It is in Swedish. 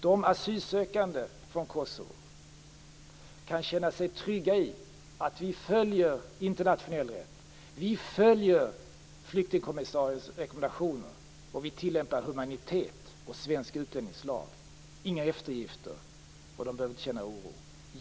De asylsökande från Kosovo kan känna sig trygga i att vi följer internationell rätt. Vi följer flyktingkommissariens rekommendationer, och vi tillämpar humanitet och svensk utlänningslag. Det görs inga eftergifter. De asylsökande behöver inte känna oro.